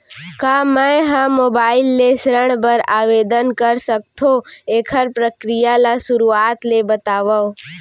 का मैं ह मोबाइल ले ऋण बर आवेदन कर सकथो, एखर प्रक्रिया ला शुरुआत ले बतावव?